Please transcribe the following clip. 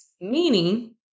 meaning